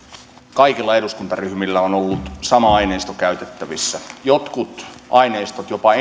kaikilla eduskuntaryhmillä on ollut sama aineisto käytettävissään jotkut aineistot jopa